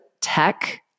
tech